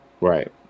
Right